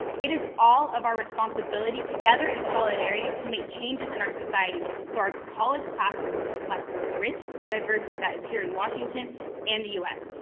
it is all of our responsibility together in solidarity to make changes in our society so our college classrooms reflect the rich diversity that is here in washington and the us,